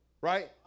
right